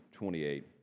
28